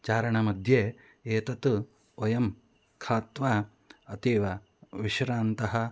चारणमध्ये एतत् वयं खादित्वा अतीव विश्रान्तः